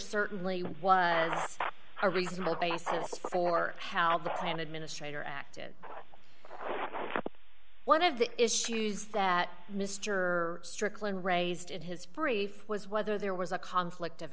certainly was a reasonable basis for how the plan administrator acted one of the issues that mr strickland raised in his brief was whether there was a conflict of